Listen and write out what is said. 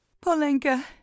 Polenka